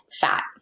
fat